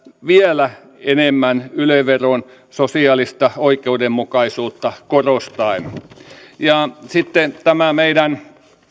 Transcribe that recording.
vielä enemmän yle veron sosiaalista oikeudenmukaisuutta korostaen tämä meidän